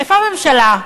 איפה הממשלה?